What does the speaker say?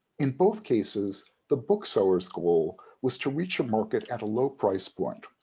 in both cases, the bookseller's goal was to reach a market at a low price point,